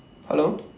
hello